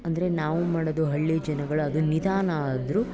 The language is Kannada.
ಅಂದರೆ ನಾವು ಮಾಡೋದು ಹಳ್ಳಿ ಜನಗಳು ಅದು ನಿಧಾನ ಆದ್ರೂ